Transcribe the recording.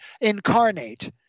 incarnate